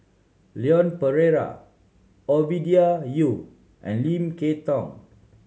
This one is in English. Leon Perera Ovidia Yu and Lim Kay Tong